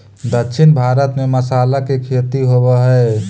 दक्षिण भारत में मसाला के खेती होवऽ हइ